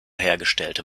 hergestellte